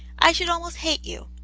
i should almost hate you.